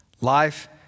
Life